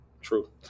True